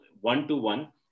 one-to-one